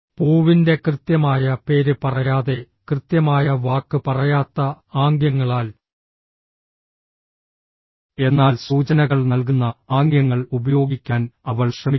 പൂവിന്റെ കൃത്യമായ പേര് പറയാതെ കൃത്യമായ വാക്ക് പറയാത്ത ആംഗ്യങ്ങളാൽ എന്നാൽ സൂചനകൾ നൽകുന്ന ആംഗ്യങ്ങൾ ഉപയോഗിക്കാൻ അവൾ ശ്രമിക്കുന്നു